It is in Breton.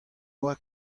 doa